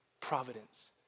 providence